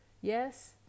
Yes